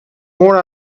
more